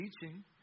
teaching